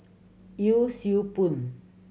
Yee Siew Pun